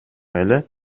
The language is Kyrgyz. эле